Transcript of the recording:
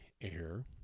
air